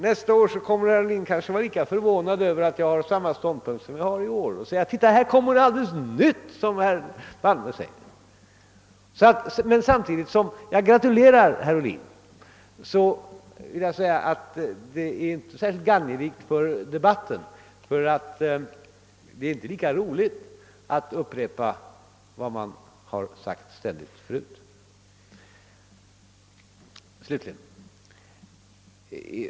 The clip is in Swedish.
Nästa år kommer herr Ohlin kanske att vara lika förvånad över att jag har samma ståndpunkt som jag har i år och säga: »Hör, här säger herr Palme något alldeles nytt!» Men samtidigt som jag gratulerar herr Ohlin vill jag påpeka att detta inte är särskilt gagneligt för debatten, ty det är inte så roligt att ständigt upprepa vad man har sagt förut.